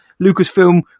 Lucasfilm